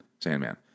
Sandman